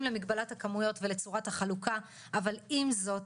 למגבלת הכמויות ולצורת החלוקה אבל עם זאת,